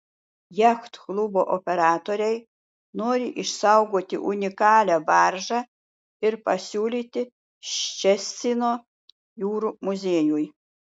jachtklubo operatoriai nori išsaugoti unikalią baržą ir pasiūlyti ščecino jūrų muziejui